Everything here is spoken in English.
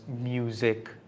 music